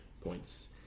points